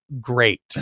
great